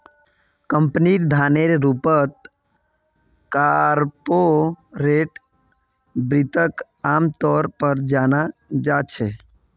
कम्पनीर धनेर रूपत कार्पोरेट वित्तक आमतौर पर जाना जा छे